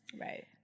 Right